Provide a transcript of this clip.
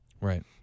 Right